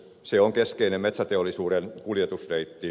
se on keskeinen metsäteollisuuden kuljetusreitti